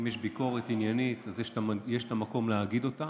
אם יש ביקורת עניינית, אז יש מקום להגיד אותה.